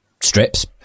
strips